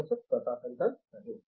professor Pratap Haridas సరే